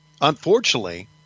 unfortunately